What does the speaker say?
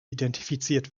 identifiziert